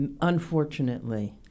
unfortunately